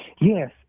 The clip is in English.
yes